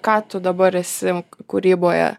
ką tu dabar esi kūryboje